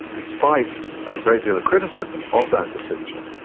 despite a great deal of criticism of that decision,